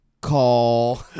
Call